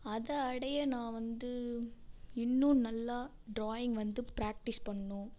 அதை அடைய நான் வந்து இன்னும் நல்லா டிராயிங் வந்து பிரேக்டிஸ் பண்ணணும்